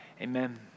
amen